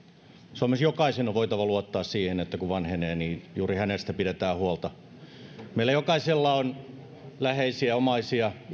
suomessa jokaisen on voitava luottaa siihen että kun vanhenee juuri hänestä pidetään huolta meillä jokaisella on läheisiä omaisia